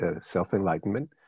self-enlightenment